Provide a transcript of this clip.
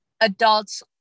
Adults